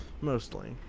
Mostly